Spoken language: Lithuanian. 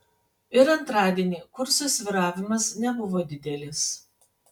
ir antradienį kurso svyravimas nebuvo didelis